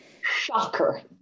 Shocker